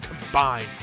combined